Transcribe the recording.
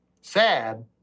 sad